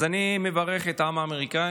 אז אני מברך את העם האמריקאי,